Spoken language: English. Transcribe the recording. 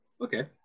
Okay